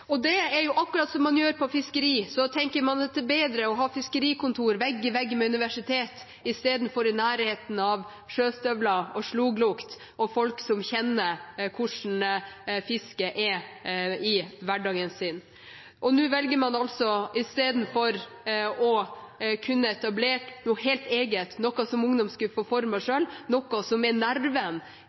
Akkurat som man gjør når det gjelder fiskeri, tenker man at det er bedre å ha fiskerikontoret vegg i vegg med universitet istedenfor å ha det i nærheten av sjøstøvler, fiskeslolukt og folk som kjenner hvordan fisket er i hverdagen sin. Nå velger man – istedenfor å etablere noe helt eget, noe som ungdom skulle fått formet selv, noe som er nerven